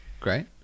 Great